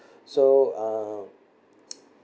so uh